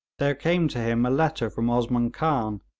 there came to him a letter from osman khan,